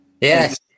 Yes